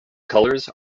colors